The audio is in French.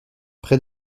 près